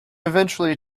eventually